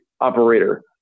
operator